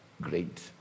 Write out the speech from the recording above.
great